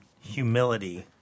humility